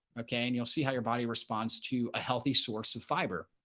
okay, and you'll see how your body responds to a healthy source of fiber.